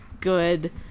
good